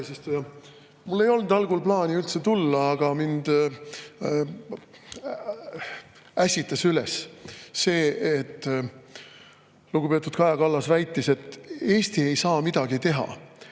Mul ei olnud algul plaani üldse pulti tulla, aga mind ässitas üles see, et lugupeetud Kaja Kallas väitis, et Eesti ei saa midagi teha,